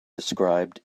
described